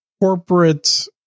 corporate